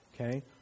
okay